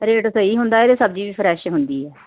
rate ਸਹੀ ਹੁੰਦਾ ਹੈ ਅਤੇ ਸਬਜ਼ੀ ਵੀ ਫਰੈਸ਼ ਹੁੰਦੀ ਹੈ